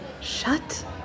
Shut